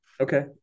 okay